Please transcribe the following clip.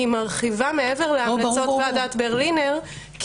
מרחיבה מעבר להמלצות ועדת ברלינר,